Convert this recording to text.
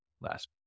last